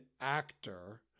actor